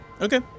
Okay